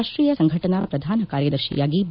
ರಾಷ್ಟೀಯ ಸಂಘಟನಾ ಪ್ರಧಾನ ಕಾರ್ಯದರ್ಶಿಯಾಗಿ ಬಿ